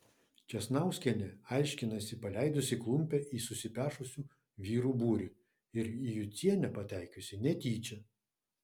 česnauskienė aiškinasi paleidusi klumpe į susipešusių vyrų būrį ir į jucienę pataikiusi netyčia